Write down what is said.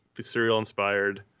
serial-inspired